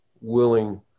willing